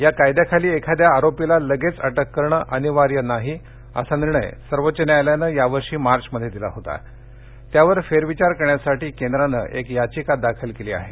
या कायद्याखाली एखाद्या आरोपीला लगेच अटक करणं अनिवार्य नाही असा निर्णय सर्वोच्च न्यायालयानं यावर्षी मार्चमध्ये दिला होता त्यावर फेरविचार करण्यासाठी केंद्रानं एक याचिका दाखल केली आहे